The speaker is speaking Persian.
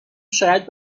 شاید